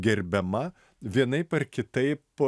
gerbiama vienaip ar kitaip